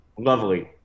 Lovely